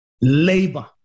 labor